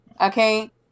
Okay